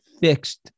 fixed